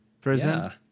prison